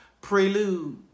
prelude